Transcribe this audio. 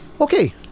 Okay